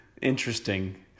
Interesting